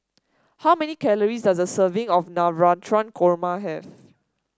how many calories does the serving of Navratan Korma have